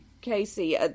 Casey